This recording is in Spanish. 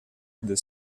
the